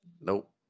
Nope